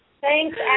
Thanks